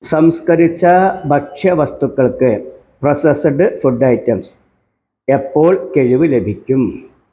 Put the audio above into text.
സംസ്കരിച്ച ഭക്ഷ്യവസ്തുക്കൾക്ക് processed food items എപ്പോൾ കിഴിവ് ലഭിക്കും